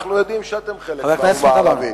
אנחנו יודעים שאתם חלק מהאומה הערבית,